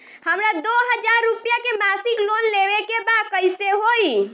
हमरा दो हज़ार रुपया के मासिक लोन लेवे के बा कइसे होई?